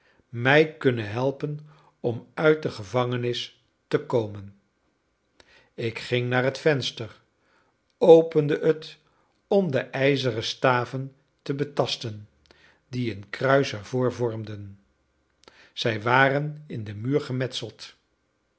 mij kunnen helpen om uit de gevangenis te komen ik ging naar het venster opende het om de ijzeren staven te betasten die een kruis ervoor vormden zij waren in den muur gemetseld